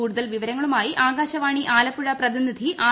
കൂടുതൽ വിവരങ്ങളുമായി ആകാശവാണി ആലപ്പുഴ പ്രതിനിധി ആർ